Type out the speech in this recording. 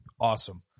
Awesome